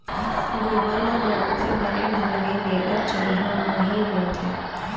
गोबर ल बरोबर बने ढंग ले लेगत चरिहा म ही बनथे